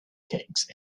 kings